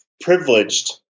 privileged